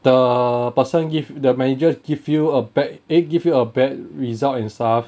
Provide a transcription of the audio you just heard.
the person give the manager give you a bad eh give you a bad result and stuff